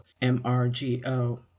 M-R-G-O